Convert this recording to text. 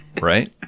right